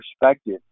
perspective